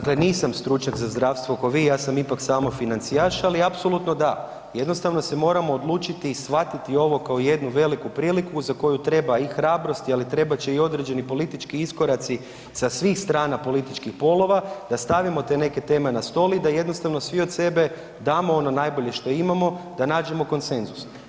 Dakle, nisam stručnjak za zdravstvo ko vi, ja sam ipak samo financijaš ali apsolutno da, jednostavno se moramo odlučiti i shvatiti ovo kao jednu veliku priliku za koju treba i hrabrosti, ali trebat će i određeni politički iskoraci sa svih stana političkih polova, da stavimo te neke teme na stol i da jednostavno svi od sebe damo ono najbolje što imamo, da nađemo konsenzus.